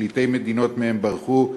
פליטי המדינות שמהן הם ברחו.